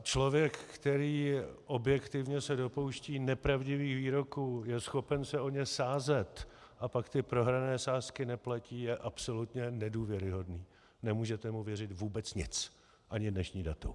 Člověk, který se objektivně dopouští nepravdivých výroků, je schopen se o ně sázet a pak ty prohrané sázky neplatí, je absolutně nedůvěryhodný, nemůžete mu věřit vůbec nic, ani dnešní datum.